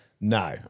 No